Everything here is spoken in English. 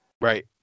Right